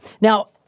Now